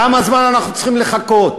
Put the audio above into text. כמה זמן אנחנו צריכים לחכות?